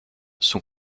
son